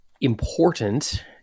important